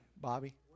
Bobby